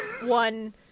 one